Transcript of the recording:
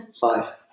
Five